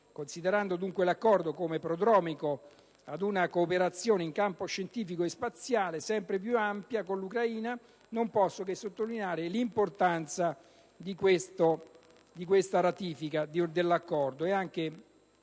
Considerando dunque l'Accordo come prodromico ad una cooperazione in campo scientifico e spaziale sempre più ampia con l'Ucraina, non posso che sottolineare l'importanza di questa ratifica e augurarmi